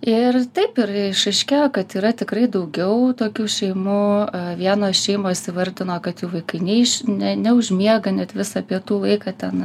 ir taip ir išaiškėjo kad yra tikrai daugiau tokių šeimų vienos šeimos įvardino kad jų vaikai ne iš ne neužmiega net visą pietų laiką ten